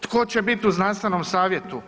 Tko će biti u znanstvenom savjetu?